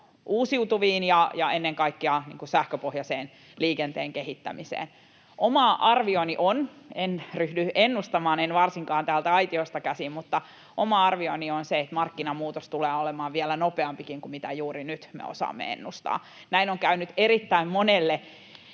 uusiutuviin ja ennen kaikkea sähköpohjaisen liikenteen kehittämiseen. En ryhdy ennustamaan, en varsinkaan täältä aitiosta käsin, mutta oma arvioni on se, että markkinamuutos tulee olemaan vielä nopeampikin kuin mitä juuri nyt me osaamme ennustaa. Näin on käynyt erittäin monelle